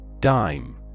Dime